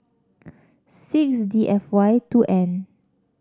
six D F Y two N